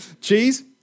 Cheese